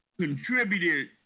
contributed